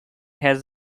has